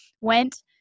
Went